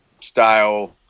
style